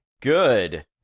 Good